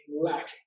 lacking